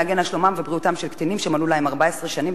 להגן על שלומם ובריאותם של קטינים שמלאו להם 14 שנים,